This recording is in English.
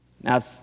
Now